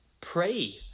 pray